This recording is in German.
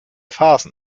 phasen